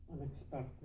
unexpected